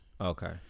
Okay